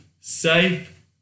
safe